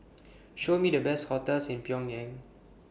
Show Me The Best hotels in Pyongyang